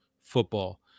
football